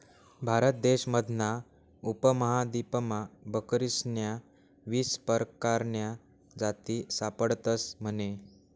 भारत देश मधला उपमहादीपमा बकरीस्न्या वीस परकारन्या जाती सापडतस म्हने